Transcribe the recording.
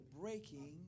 breaking